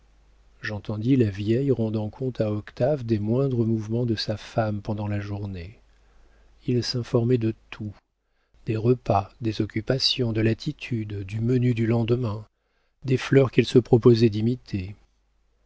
j'entendis la vieille rendant compte à octave des moindres mouvements de sa femme pendant la journée il s'informait de tout des repas des occupations de l'attitude du menu du lendemain des fleurs qu'elle se proposait d'imiter